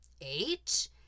eight